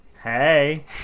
Hey